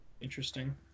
interesting